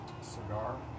cigar